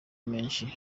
menshi